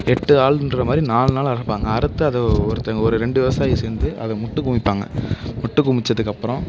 எட்டு ஆளுன்ற மாதிரி நாலு நாள் அறுப்பாங்க அறுத்து அதை ஒருத்தங்க ஒரு ரெண்டு விவசாயிகள் சேர்ந்து அதை முட்டுக்குவிப்பாங்க முட்டுக்குவிச்சத்துக்கு அப்புறம்